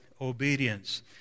obedience